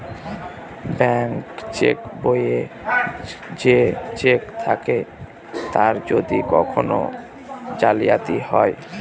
bank cheque বইয়ে যে cheque থাকে তার যদি কখন জালিয়াতি হয়